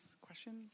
Questions